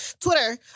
Twitter